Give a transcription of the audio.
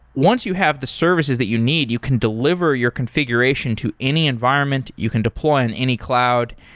once you have the services that you need, you can delivery your configuration to any environment, you can deploy on any cloud,